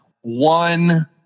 one